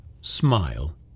Smile